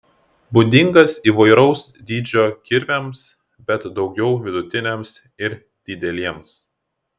būdingas įvairaus dydžio kirviams bet daugiau vidutiniams ir dideliems